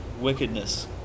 wickedness